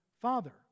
father